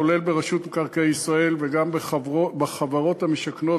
כולל ברשות מקרקעי ישראל וגם בחברות המשכנות,